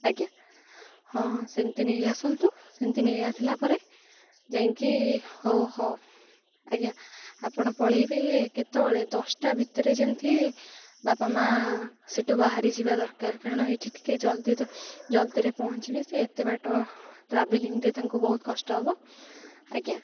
ଆଜ୍ଞା ହଁ ସେମିତି ନେଇଆସନ୍ତୁ ସେମିତି ନେଇଆସିଲା ପରେ ଯାଇକି ହଉ ହଉ ଆଜ୍ଞା ଆପଣ ପଳେଇବେ କେତେବେଳେ ଦଶଟା ଭିତରେ ଯେମିତି ବାପା ମାଆ ସେଠୁ ବାହାରି ଯିବା ଦରକାର କାରଣ ଏଠି ଟିକେ ଜଲ୍ଦି ଜଲ୍ଦିରେ ପହଁଞ୍ଚିବେ ସେ ଏତେ ବାଟ ଟ୍ରାଭେଲିଂରେ ତା'ଙ୍କୁ ବହୁତ କଷ୍ଟ ହେବ ଆଜ୍ଞା